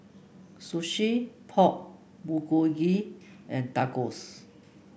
Sushi Pork Bulgogi and Tacos